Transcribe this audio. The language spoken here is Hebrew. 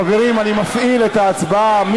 חברים, אני מפעיל את ההצבעה.